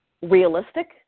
realistic